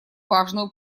важную